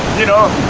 you know